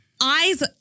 eyes